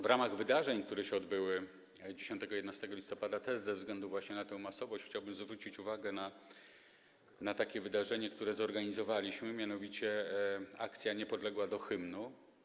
W ramach wydarzeń, które się odbyły 10 i 11 listopada, też ze względu właśnie na tę masowość, chciałbym zwrócić uwagę na wydarzenie, które zorganizowaliśmy, mianowicie na akcję „Niepodległa do hymnu!